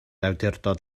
awdurdod